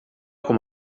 com